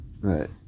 Right